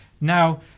Now